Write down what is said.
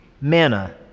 manna